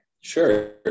Sure